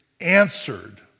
answered